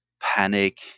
panic